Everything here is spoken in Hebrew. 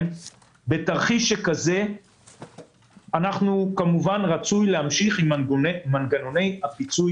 בתרחיש כזה רצוי להמשיך עם מנגנוני הפיצוי